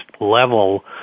level